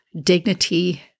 dignity